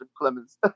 Clemens